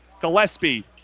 Gillespie